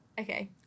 Okay